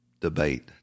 debate